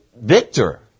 victor